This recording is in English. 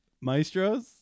Maestros